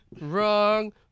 wrong